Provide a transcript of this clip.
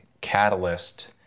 Catalyst